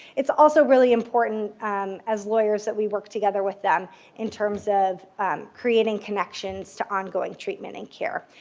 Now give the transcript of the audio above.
it's also really important as lawyers that we work together with them in terms of um creating connections to ongoing treatment and care.